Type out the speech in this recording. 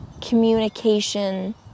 communication